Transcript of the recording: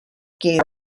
gave